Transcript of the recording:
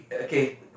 Okay